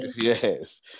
yes